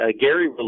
Gary